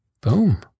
Boom